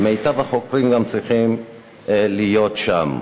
ומיטב החוקרים גם צריכים להיות שם.